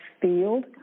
field